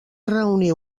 reunir